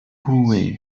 部位